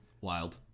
Wild